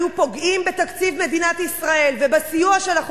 היו פוגעים בתקציב מדינת ישראל ובסיוע שאנחנו